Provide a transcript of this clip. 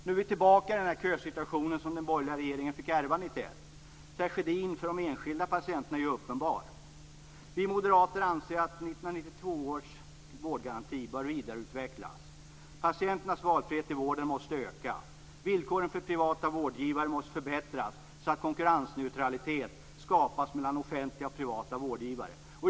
Nu är vi tillbaka i den kösituation som den borgerliga regeringen fick ärva 1991. Tragedin för de enskilda patienterna är uppenbar. Vi moderater anser att 1992 års vårdgaranti bör vidareutvecklas. Patienternas valfrihet i vården måste öka. Villkoren för privata vårdgivare måste förbättras så att konkurrensneutralitet skapas mellan offentliga och privata vårdgivare.